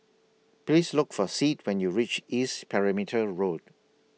Please Look For Sid when YOU REACH East Perimeter Road